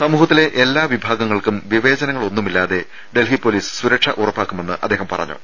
സമൂഹത്തിലെ എല്ലാ വിഭാഗങ്ങൾക്കും വിവേച നങ്ങളൊന്നുമില്ലാതെ ഡൽഹി പൊലീസ് സുരക്ഷ ഉറപ്പാക്കുമെന്ന് അദ്ദേഹം പറഞ്ഞു